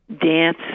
dance